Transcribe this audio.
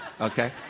Okay